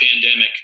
pandemic